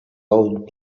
old